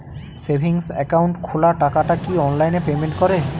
Savings account খোলা টাকাটা কি অনলাইনে পেমেন্ট করে?